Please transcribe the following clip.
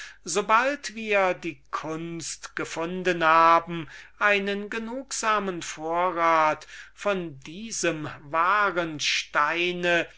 sobald wir die kunst gefunden haben einen genugsamen vorrat von diesem steine